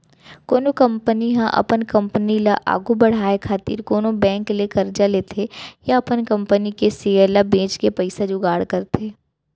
कोनो कंपनी ह अपन कंपनी ल आघु बड़हाय खातिर कोनो बेंक ले करजा लेथे या अपन कंपनी के सेयर ल बेंच के पइसा जुगाड़ करथे